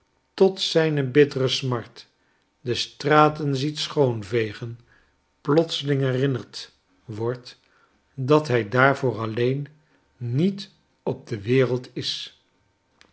tot zijne bittere smart de straten ziet schoonvegen plotseling herinnerd wordt dat hij daarvoor alleen niet op de wereld is